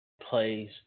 plays